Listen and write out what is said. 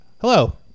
Hello